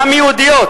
גם יהודיות,